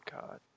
God